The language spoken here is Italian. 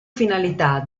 finalità